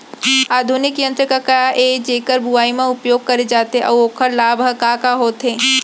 आधुनिक यंत्र का ए जेकर बुवाई म उपयोग करे जाथे अऊ ओखर लाभ ह का का होथे?